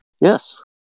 yes